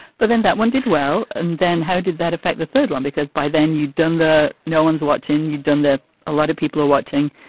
but then that one did well. and then how did that affect the. well, because by then you'd done the. no one's watching, you'd done the a lot of people are watching.